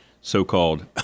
so-called